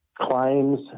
claims